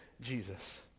Jesus